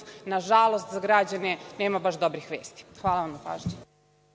nažalost, za građane nema baš dobrih vesti. Hvala vam na pažnji.